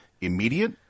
immediate